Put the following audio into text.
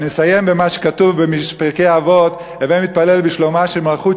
אסיים במה שכתוב בפרקי אבות: "הווי מתפלל בשלומה של מלכות,